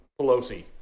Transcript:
Pelosi